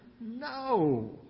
no